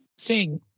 Sing